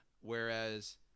Whereas